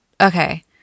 okay